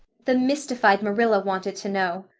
the mystified marilla wanted to know.